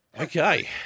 Okay